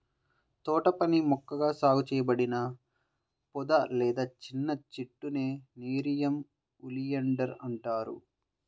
తోటపని మొక్కగా సాగు చేయబడిన పొద లేదా చిన్న చెట్టునే నెరియం ఒలియాండర్ అంటారు